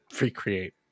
recreate